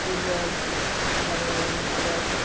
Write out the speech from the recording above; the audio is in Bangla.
ফুটবল যেমন আবার